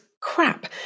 crap